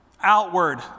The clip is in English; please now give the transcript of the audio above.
outward